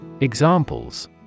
Examples